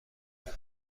بودم